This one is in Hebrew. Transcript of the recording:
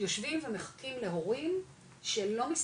יושבים ומחכים להורים שהם לא מסתדרים,